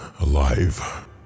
Alive